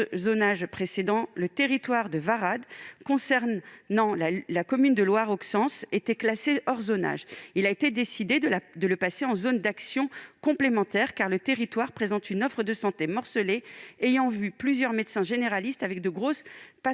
le territoire de Varades, concernant donc la commune de Loireauxence, était classé hors zonage. Il a été décidé de le passer en zone d'action complémentaire (ZAC) du fait de son offre de santé morcelée, plusieurs médecins généralistes avec de grosses patientèles